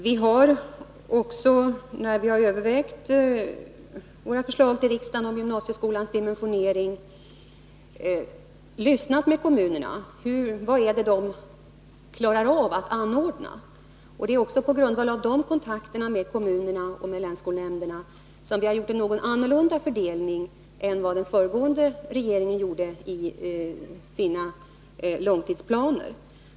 Vi har också, när vi har övervägt våra förslag till riksdagen om gymnasieskolans dimensionering, lyssnat med kommunerna, hört efter vad de klarar av att anordna. Det är på grundval av de kontakterna med kommunerna och länsskolnämnderna som vi har gjort en något annorlunda fördelning än den föregående regeringen gjorde i sina långtidsplaner.